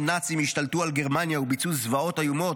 "נאצים" השתלטו על גרמניה וביצעו זוועות איומות,